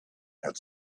had